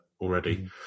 already